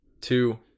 two